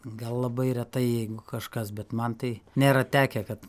gal labai retai jeigu kažkas bet man tai nėra tekę kad